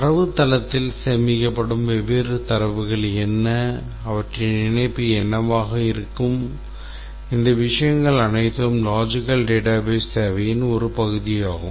தரவுத்தளத்தில் சேமிக்கப்படும் வெவ்வேறு தரவுகள் என்ன அவற்றின் இணைப்பு என்னவாக இருக்கும் இந்த விஷயங்கள் அனைத்தும் Logical Database தேவையின் ஒரு பகுதியாகும்